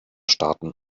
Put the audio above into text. starten